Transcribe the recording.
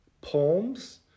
poems